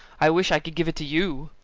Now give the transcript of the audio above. i wish i could give it to you,